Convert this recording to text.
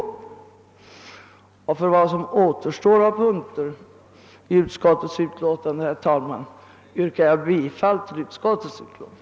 I övrigt yrkar jag bifall till utskottets förslag.